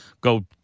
go